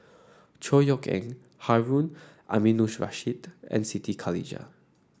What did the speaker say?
Chor Yeok Eng Harun Aminurrashid and Siti Khalijah